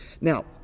Now